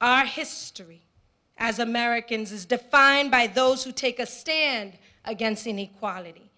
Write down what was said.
our history as americans is defined by those who take a stand against inequality